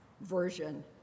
version